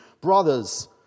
brothers